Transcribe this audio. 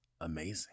amazing